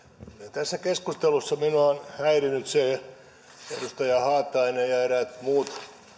tässä keskustelussa minua on häirinnyt se että edustaja haatainen ja eräät muut